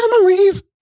memories